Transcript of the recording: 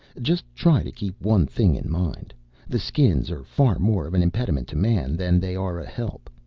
just try to keep one thing in mind the skins are far more of an impediment to man than they are a help.